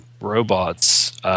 robots